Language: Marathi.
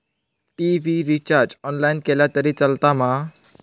टी.वि रिचार्ज ऑनलाइन केला तरी चलात मा?